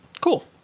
cool